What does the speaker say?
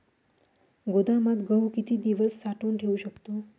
गोदामात गहू किती दिवस साठवून ठेवू शकतो?